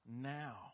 now